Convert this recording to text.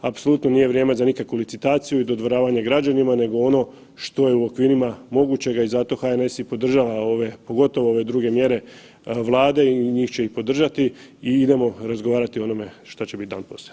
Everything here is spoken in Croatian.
Apsolutno nije vrijeme za nikakvu licitaciju i dodvoravanje građanima nego ono što je u okvirima mogućega i zato HNS i podržava ove pogotovo ove druge mjere Vlade i njih će i podržati i idemo razgovarati o onome što će biti dan poslije.